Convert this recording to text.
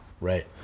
Right